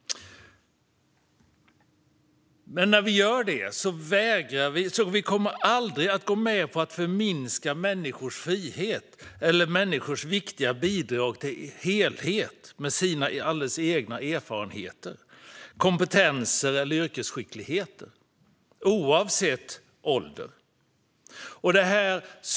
Vi kommer aldrig att gå med på att förminska människors frihet eller människors viktiga bidrag till helheten med deras alldeles egna erfarenheter, kompetenser eller yrkesskickligheter, oavsett ålder.